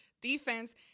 defense